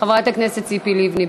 חברת הכנסת ציפי לבני.